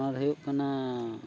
ᱱᱚᱣᱟ ᱫᱚ ᱦᱩᱭᱩᱜ ᱠᱟᱱᱟ